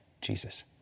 Jesus